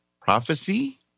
prophecy